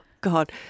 god